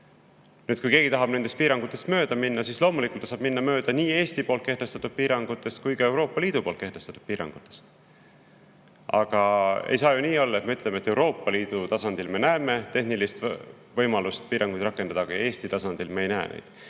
kõik. Kui keegi tahab nendest piirangutest mööda minna, siis loomulikult ta saab minna mööda nii Eesti kehtestatud piirangutest kui ka Euroopa Liidu kehtestatud piirangutest. Aga ei saa ju olla nii, et me ütleme, et Euroopa Liidu tasandil me näeme tehnilist võimalust piiranguid rakendada, aga Eesti tasandil me seda ei